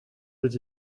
did